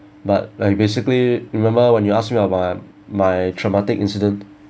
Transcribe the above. but like basically remember when you ask me about my traumatic incident